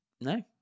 no